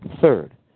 Third